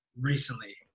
recently